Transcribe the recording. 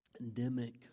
endemic